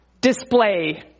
display